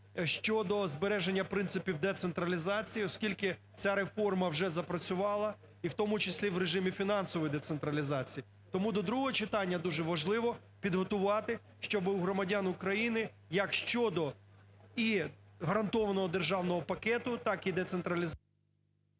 щодо збереження принципів децентралізації, оскільки ця реформа вже запрацювала і в тому числі в режимі фінансової децентралізації. Тому до другого читання дуже важливо підготувати, щоби у громадян України як щодо і гарантованого державного пакету, так і децентралізації…